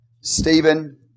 Stephen